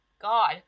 God